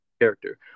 character